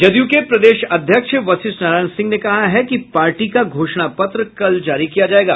जदयू के प्रदेश अध्यक्ष वशिष्ठ नारायण सिंह ने कहा है कि पार्टी का घोषणा पत्र कल जारी किया जायेगा